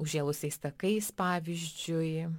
užžėlusiais takais pavyzdžiui